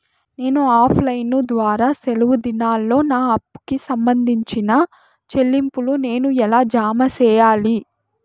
నేను offline ద్వారా సెలవు దినాల్లో నా అప్పుకి సంబంధించిన చెల్లింపులు నేను ఎలా జామ సెయ్యాలి?